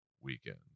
weekend